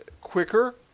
quicker